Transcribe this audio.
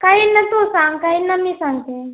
काही नको सांगताय नं मी सांगते